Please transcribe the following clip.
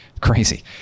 Crazy